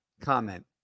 comment